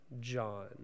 John